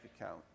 account